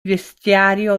vestiario